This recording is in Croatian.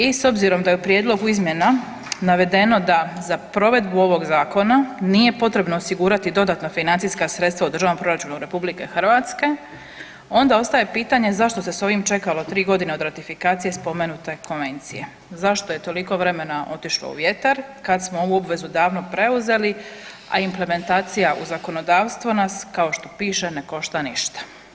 I s obzirom da je u prijedlogu izmjena navedeno da za provedbu ovog zakona nije potrebno osigurati dodatna financijska sredstva u državnom proračunu RH onda ostaje pitanje zašto se s ovim čekalo tri godine od ratifikacije spomenute konvencije, zašto je toliko vremena otišlo u vjetar kad smo ovu obvezu davno preuzeli, a implementacija u zakonodavstvo nas kao što piše ne košta ništa?